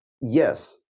yes